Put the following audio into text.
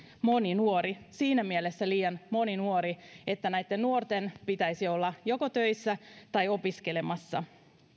moni nuori siinä mielessä liian moni nuori että näitten nuorten pitäisi olla joko töissä tai opiskelemassa